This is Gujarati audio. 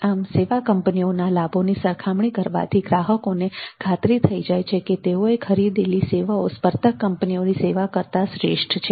આમ સેવા કંપનીઓના લાભોની સરખામણી કરવાથી ગ્રાહકોને ખાતરી થઈ જાય છે કે તેઓએ ખરીદેલી સેવાઓ સ્પર્ધક કંપનીઓની સેવા કરતા શ્રેષ્ઠ છે